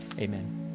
Amen